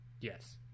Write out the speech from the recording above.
Yes